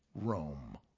Rome